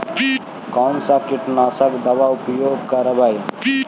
कोन सा कीटनाशक दवा उपयोग करबय?